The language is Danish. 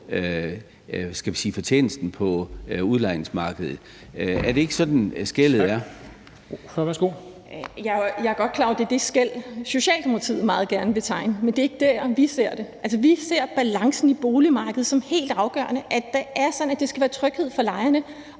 Dam Kristensen): Værsgo. Kl. 10:46 Heidi Bank (V): Jeg er godt klar over, at det er det skel, Socialdemokratiet meget gerne vil tegne, men det er ikke der, vi ser det. Vi ser balancen i boligmarkedet som helt afgørende, altså at det er sådan, at der skal være tryghed for lejerne,